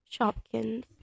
Shopkins